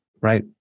Right